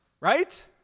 right